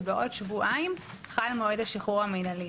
שבעוד שבועיים חל מועד השחרור המינהלי.